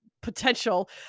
potential